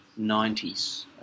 1990s